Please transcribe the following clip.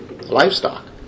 livestock